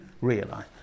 realize